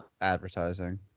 advertising